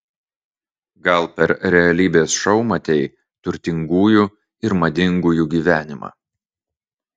gal per realybės šou matei turtingųjų ir madingųjų gyvenimą